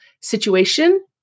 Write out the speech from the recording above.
situation